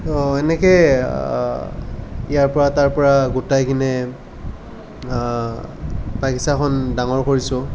এনেকৈ ইয়াৰ পৰা তাৰ পৰা গোটাই কিনে বাগিছাখন ডাঙৰ কৰিছোঁ